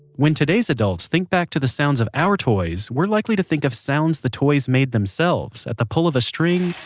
when today's adults think back to the sounds of our toys, we're likely to think of sounds the toys made themselves, at the pull of a string